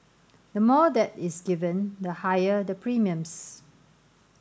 the more that is given the higher the premiums